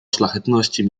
szlachetności